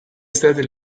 state